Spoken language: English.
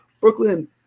Brooklyn